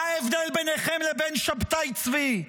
מה ההבדל ביניכם לבין שבתאי צבי?